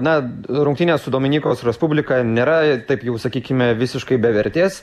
na rungtynės su dominikos respublika nėra taip jau sakykime visiškai bevertės